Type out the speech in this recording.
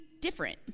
different